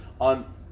on